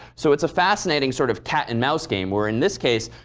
so it's a fascinating sort of cat and mouse game where in this case,